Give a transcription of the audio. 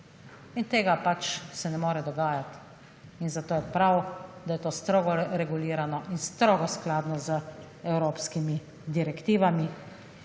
in to se ne more dogajati in zato je prav, da je to strogo regulirano in strogo skladno z evropskimi direktivami.